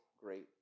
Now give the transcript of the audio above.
great